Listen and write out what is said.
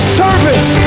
service